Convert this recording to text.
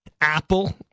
Apple